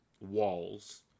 Walls